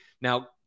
Now